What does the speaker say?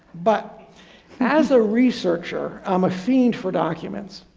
but as a researcher, i'm a fiend for documents.